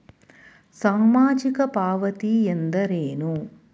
ಸಾಮಾಜಿಕ ಪಾವತಿ ಎಂದರೇನು?